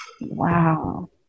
wow